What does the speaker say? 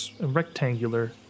rectangular